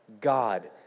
God